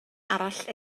arall